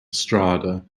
estrada